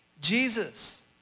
Jesus